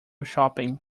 shopping